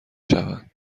شوند